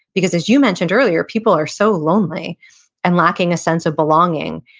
because as you mentioned earlier, people are so lonely and lacking a sense of belonging,